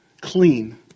clean